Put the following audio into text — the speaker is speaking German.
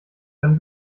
dann